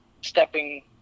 stepping